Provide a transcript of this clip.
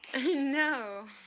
no